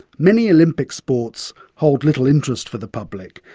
many olympic sports hold little interest for the public.